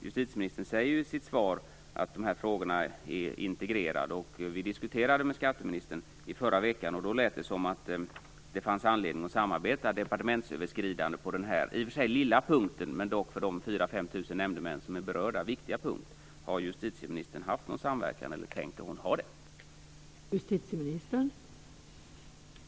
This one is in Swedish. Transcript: Justitieministern säger ju i sitt svar att de här frågorna är integrerade. Vi diskuterade med skatteministern förra veckan, och då verkade det finnas anledning att samarbeta departementsöverskridande på den här i och för sig lilla, men för de 4 000 5 000 nämndemän som är berörda, viktiga punkten. Har alltså justitieministern haft någon samverkan, eller tänker hon ha en sådan?